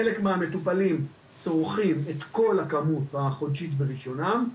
חלק מהמטופלים צורכים את כל הכמות החודשית ברישיונם,